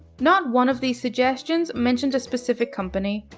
not one of these suggestions mentioned a specific company.